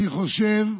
אני חושב,